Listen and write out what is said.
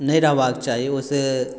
नहि रहबाक चाही ओहिसँ